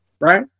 right